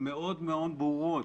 מאוד מאוד ברורות,